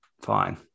fine